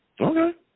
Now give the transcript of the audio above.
Okay